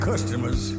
Customers